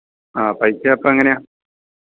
ആ പൈസ അപ്പം എങ്ങനെയാണ്